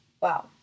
wow